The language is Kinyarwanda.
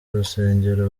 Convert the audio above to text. rusengero